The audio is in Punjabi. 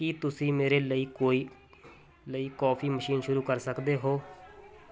ਕੀ ਤੁਸੀਂ ਮੇਰੇ ਲਈ ਕੋਈ ਲਈ ਕੌਫੀ ਮਸ਼ੀਨ ਸ਼ੁਰੂ ਕਰ ਸਕਦੇ ਹੋ